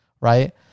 right